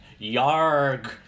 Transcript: YARG